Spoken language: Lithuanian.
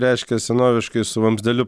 reiškia senoviškai su vamzdeliu